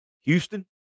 Houston